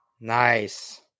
Nice